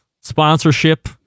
sponsorship